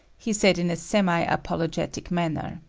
he said in a semi-apologetic manner.